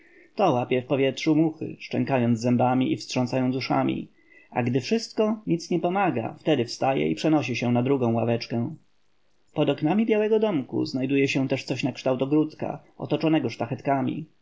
to łapie w powietrzu muchy szczękając zębami i wstrząsając uszami a gdy wszystko nic nie pomaga wtedy wstaje i przenosi się na drugą ławeczkę pod oknami białego domku znajduje się też coś nakształt ogródka otoczonego sztachetkami